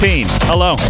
Hello